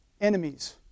enemies